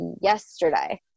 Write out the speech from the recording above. yesterday